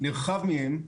נרחב מהן,